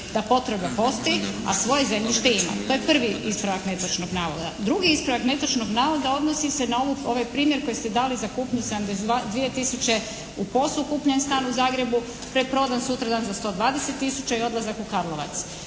da potreba postoji, a svoje zemljište ima. To je prvi ispravak netočnog navoda. Drugi ispravak netočnog navoda odnosi se na ovaj primjer koji ste dali za kupnju 72 000 u POS-u kupljen stan u Zagrebu. Preprodan sutradan za 120 000 i odlazak u Karlovac.